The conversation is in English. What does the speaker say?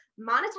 monetize